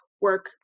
work